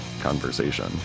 conversation